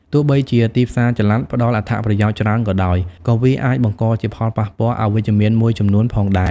ទោះបីជាទីផ្សារចល័តផ្តល់អត្ថប្រយោជន៍ច្រើនក៏ដោយ ក៏វាអាចបង្កជាផលប៉ះពាល់អវិជ្ជមានមួយចំនួនផងដែរ។